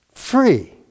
free